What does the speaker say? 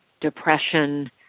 depression